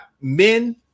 men